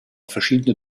verschiedene